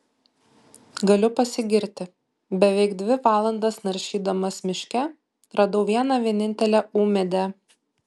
galiu pasigirti beveik dvi valandas naršydamas miške radau vieną vienintelę ūmėdę